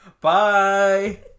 Bye